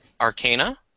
Arcana